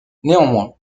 néanmoins